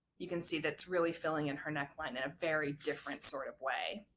you can see that it's really filling in her neckline in a very different sort of way.